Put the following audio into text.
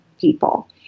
people